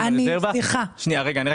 יש